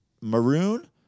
maroon